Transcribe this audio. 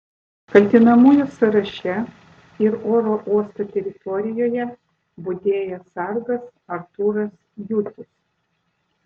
kaltinamųjų sąraše ir oro uosto teritorijoje budėjęs sargas artūras jucius